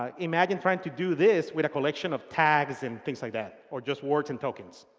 ah imagine trying to do this with a collection of tags and things like that. or just words and tokens.